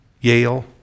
Yale